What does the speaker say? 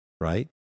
right